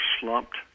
slumped